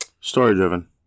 Story-driven